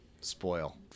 Spoil